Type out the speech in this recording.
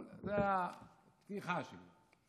אבל זאת הפתיחה שלי.